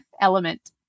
element